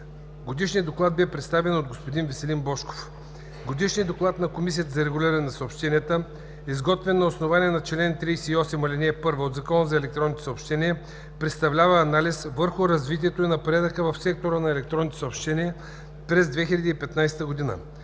Годишният доклад бе представен от господин Веселин Божков. Годишният доклад на Комисията за регулиране на съобщенията, изготвен на основание на чл. 38, ал. 1 от Закона за електронните съобщения, представлява анализ върху развитието и напредъка в сектора на електронните съобщения през 2015 г.